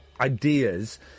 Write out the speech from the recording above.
ideas